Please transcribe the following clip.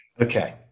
Okay